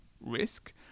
Risk